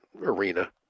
arena